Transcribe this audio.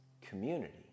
community